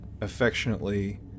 affectionately